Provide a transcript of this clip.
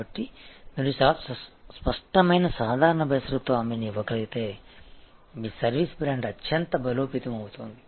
కాబట్టి మీరు చాలా స్పష్టమైన సాధారణ బేషరతు హామీని ఇవ్వగలిగితే మీ సర్వీస్ బ్రాండ్ అత్యంత బలోపేతం అవుతుంది